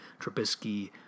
Trubisky